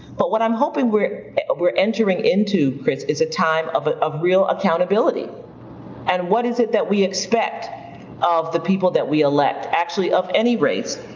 but what i'm hoping where we're entering into, chris, is a time of of real accountability and what is it that we expect of the people that we elect, actually of any race?